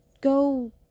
go